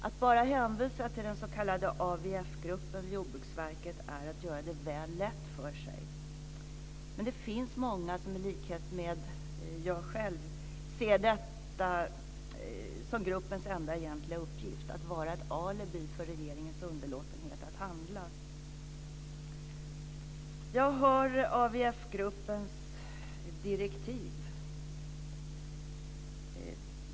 Att bara hänvisa till den s.k. AVF-gruppen vid Jordbruksverket är att göra det väl lätt för sig. Men det finns många som i likhet med mig själv ser det som gruppens enda egentliga uppgift att vara ett alibi för regeringens underlåtenhet att handla. Jag har här AVF-gruppens direktiv.